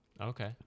Okay